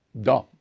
dumb